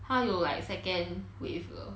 她有 like second wave 了